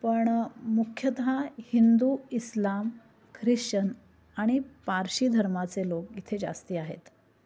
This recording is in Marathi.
पण मुख्यतः हिंदू इस्लाम ख्रिश्चन आणि पारशी धर्माचे लोक इथे जास्ती आहेत